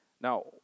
Now